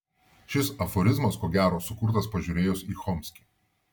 šis aforizmas ko gero sukurtas pažiūrėjus į chomskį